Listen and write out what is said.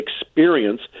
experience